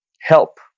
help